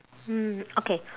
hmm okay